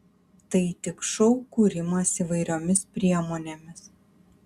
tai tik šou kūrimas įvairiomis priemonėmis